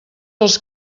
els